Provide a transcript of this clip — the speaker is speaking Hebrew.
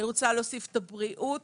אני רוצה להוסיף את הבריאות,